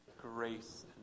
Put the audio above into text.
grace